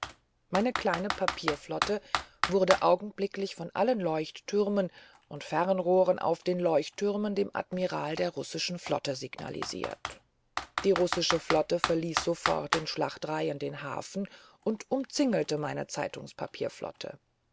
meine kleine papierflotte wurde augenblicklich von allen leuchttürmen und fernrohren auf den leuchttürmen dem admiral der russischen flotte signalisiert die russische flotte verließ sofort in schlachtreihen den hafen und umzingelte meine